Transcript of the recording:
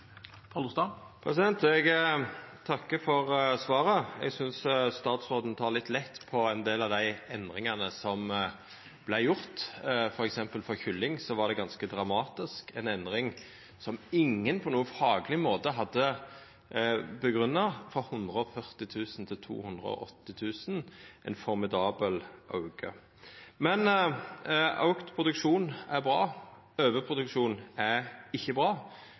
Eg takkar for svaret. Eg synest statsråden tek litt lett på ein del av dei endringane som vart gjorde. For eksempel for kylling var det ganske dramatisk – ei endring som ingen på nokon fagleg måte hadde grunngjeve, frå 140 000 til 280 000, ein formidabel auke. Auka produksjon er bra, overproduksjon er ikkje bra.